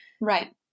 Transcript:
Right